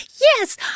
Yes